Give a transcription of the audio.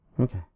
Okay